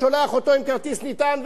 שולח אותו עם כרטיס נטען,